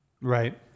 Right